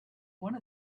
one